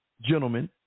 gentlemen